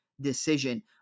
decision